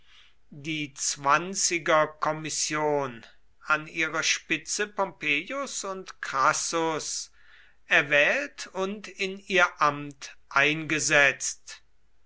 die zwanzigerkommission an ihrer spitze pompeius und crassus erwählt und in ihr amt eingesetzt